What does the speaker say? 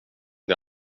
det